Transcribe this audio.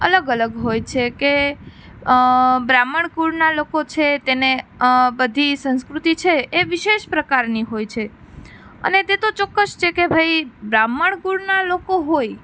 અલગ અલગ હોય છે કે બ્રાહ્મણ કુળના લોકો છે તેને બધી સંસ્કૃતિ છે એ વિશેષ પ્રકારની હોય છે અને તે તો ચોક્કસ છે કે ભાઈ બ્રાહ્મણ કુળના લોકો હોય